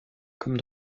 comme